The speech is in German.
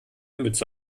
mütze